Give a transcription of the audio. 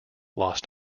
lost